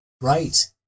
Right